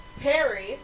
Perry